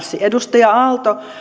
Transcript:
edustaja aalto